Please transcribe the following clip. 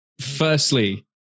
Firstly